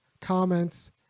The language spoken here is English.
comments